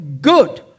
Good